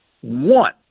one